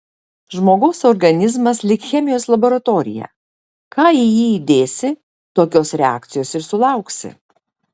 žmogaus organizmas lyg chemijos laboratorija ką į jį įdėsi tokios reakcijos ir sulauksi